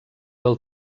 del